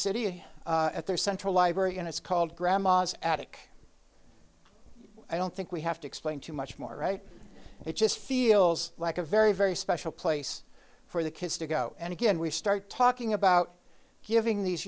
city at their central library and it's called grandma's attic i don't think we have to explain to much more right it just feels like a very very special place for the kids to go and again we start talking about giving these